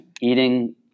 eating